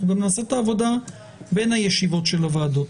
אנחנו גם נעשה את העבודה בין הישיבות של הוועדות.